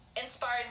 inspired